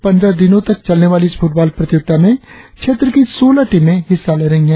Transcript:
पंद्रह दिनों तक चलने वाली इस फुटबॉल प्रतियोगिता में क्षेत्र की सोलह टीमें हिस्सा ले रही है